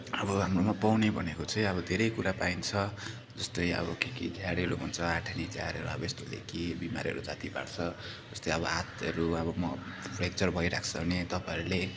अब हाम्रोमा पाउने भनेको चाहिँ अब धेरै कुरा पाइन्छ जस्तै अब के के झारहरू भन्छ आठानी झारहरू अब यस्तो के के बिमारहरू जाती पार्छ जस्तै अब हातहरू अब म फ्याक्चर भइरहेको छ भने तपाईँहरूले